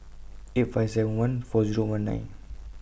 eight five seven one four Zero one nine